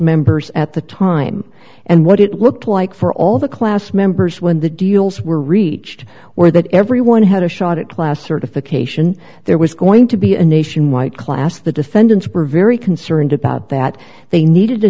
members at the time and what it looked like for all the class members when the deals were reached were that everyone had a shot at class certification there was going to be a nationwide class the defendants were very concerned about that they needed a